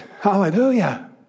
Hallelujah